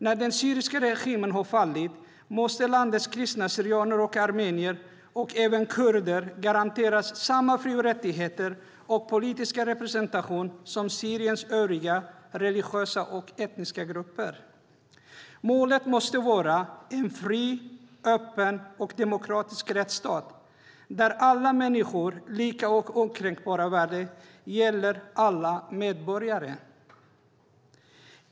När den syriska regimen har fallit måste landets kristna syrianer och armenier och kurder garanteras samma fri och rättigheter och politiska representation som Syriens övriga religiösa och etniska grupper. Målet måste vara en fri, öppen och demokratisk rättsstat, där alla människors lika och okränkbara värde gäller alla medborgare.